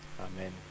Amen